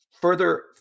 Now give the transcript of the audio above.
further